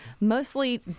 mostly